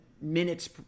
minutes